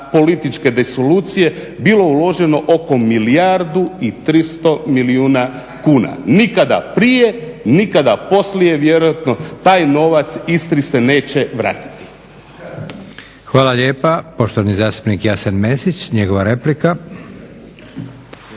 političke disolucije bilo uloženo oko milijardu i 300 milijuna kuna. nikada prije, nikada poslije vjerojatno taj novac Istri se neće vratiti.